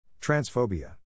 Transphobia